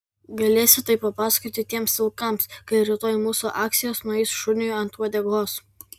galėsi tai papasakoti tiems vilkams kai rytoj mūsų akcijos nueis šuniui ant uodegos